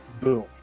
Boom